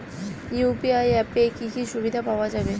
UPI অ্যাপে কি কি সুবিধা পাওয়া যাবে?